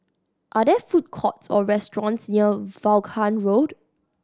are there food courts or restaurants near Vaughan Road